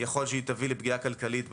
והיא יכולה להביא לפגיעה כלכלית במדינה.